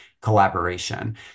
collaboration